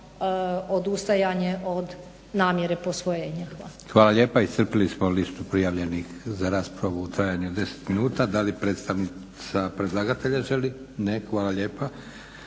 Hvala lijepa. **Leko, Josip (SDP)** Hvala lijepa. Iscrpili smo listu prijavljenih za raspravu u trajanju od 10 minuta. Da li predstavnica predlagatelja želi? Ne. Hvala lijepa.